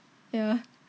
ya